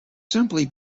simply